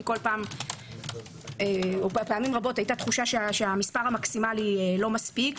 כי פעמים רבות היתה תחושה שהמספר המקסימלי לא מספיק,